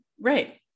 Right